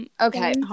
okay